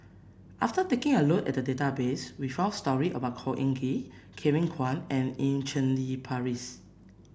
after taking a look at the database we found story about Khor Ean Ghee Kevin Kwan and Eu Cheng Li Phyllis